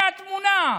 הינה התמונה,